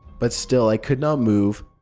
but still, i could not move.